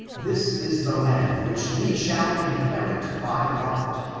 this is the land which ye shall inherit by lot.